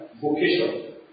vocation